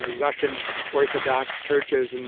russian orthodox churches, and